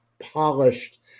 polished